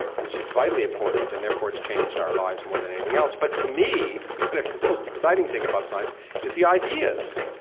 which is vitally important and, therefore, it's changed our lives more than anything else but to me, the most exciting thing about science is the ideas.